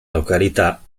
località